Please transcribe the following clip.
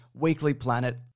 weeklyplanet